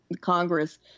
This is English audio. Congress